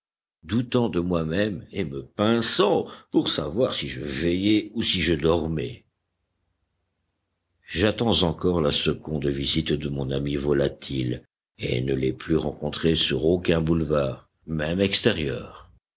doutant de moi-même et me pinçant pour savoir si je veillais ou si je dormais j'attends encore la seconde visite de mon ami volatile et ne l'ai plus rencontré sur aucun boulevard même extérieur